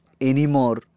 anymore